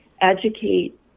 educate